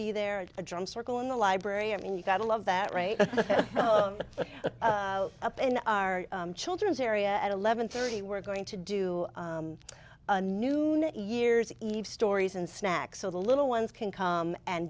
be there a drum circle in the library and you gotta love that right up in our children's area at eleven thirty we're going to do a new year's eve stories and snacks so the little ones can come and